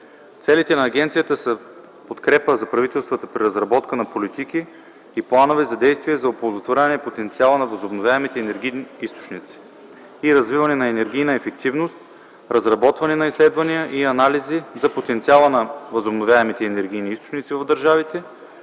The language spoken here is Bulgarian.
Целите на агенцията са подкрепа за правителствата при разработка на политики и планове за действие за оползотворяване потенциала на възобновяемите енергийни източници и развиване на енергийна ефективност, разработване на изследвания и анализи за потенциала на възобновяемите енергийни източници в държавите,